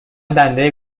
دنده